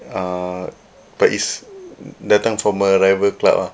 uh but it's datang from a rival club ah